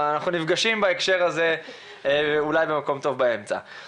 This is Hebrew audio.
אבל אנחנו נפגשים בהקשר הזה אולי במקום טוב באמצע.